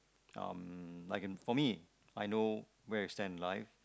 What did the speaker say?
um like in for me I know where I stand in life